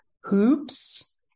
Hoops